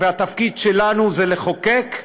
והתפקיד שלנו הוא לחוקק,